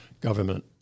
government